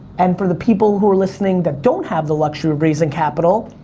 and for the people who are listening that don't have the luxury of raising capital,